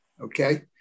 okay